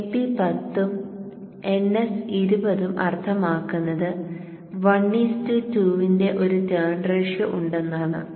Np 10 ഉം Ns 20 ഉം അർത്ഥമാക്കുന്നത് 1 2 ന്റെ ഒരു ടേൺ റേഷ്യോ ഉണ്ടെന്നാണ്